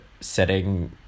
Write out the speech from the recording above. setting